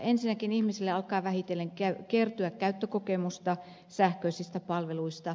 ensinnäkin ihmisille alkaa vähitellen kertyä käyttökokemusta sähköisistä palveluista